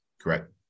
Correct